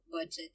budget